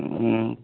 অঁ